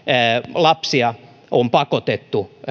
lapsia on pakotettu